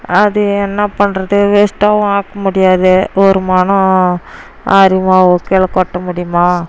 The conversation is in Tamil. அது என்ன பண்ணுறது வேஸ்ட்டாகவும் ஆக்க முடியாது ஒரு மணு ஆரிய மாவு கீழே கொட்ட முடியுமா